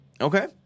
Okay